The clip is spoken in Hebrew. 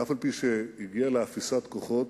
ואף-על-פי שהגיע לאפיסת כוחות,